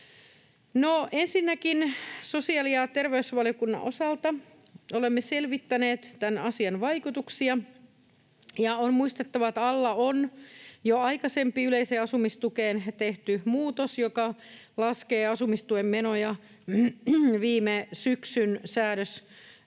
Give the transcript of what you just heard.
ensinnäkin sosiaali- ja terveysvaliokunnan osalta olemme selvittäneet tämän asian vaikutuksia, ja on muistettava, että alla on jo aikaisempi yleiseen asumistukeen tehty muutos, joka laskee asumistuen menoja viime syksyn säädösten